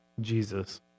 Jesus